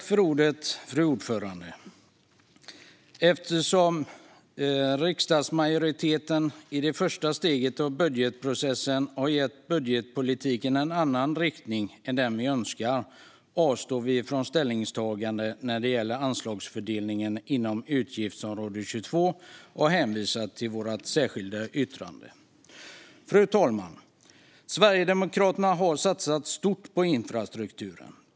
Fru talman! Eftersom riksdagsmajoriteten i det första steget av budgetprocessen har gett budgetpolitiken en annan riktning än den vi önskar avstår vi från ställningstagande när det gäller anslagsfördelningen inom utgiftsområde 22 och hänvisar till vårt särskilda yttrande. Fru talman! Sverigedemokraterna har satsat stort på infrastrukturen.